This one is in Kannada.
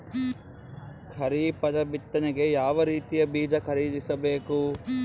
ಖರೀಪದ ಬಿತ್ತನೆಗೆ ಯಾವ್ ರೀತಿಯ ಬೀಜ ಖರೀದಿಸ ಬೇಕು?